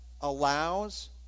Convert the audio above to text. allows